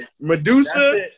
Medusa